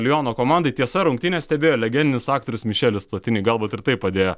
liono komandai tiesa rungtynes stebėjo legendinis aktorius mišelis platini galbą ir tai padėjo